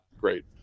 great